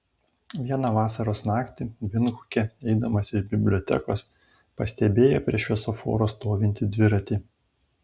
vieną vasaros naktį vindhuke eidamas iš bibliotekos pastebėjo prie šviesoforo stovintį dviratį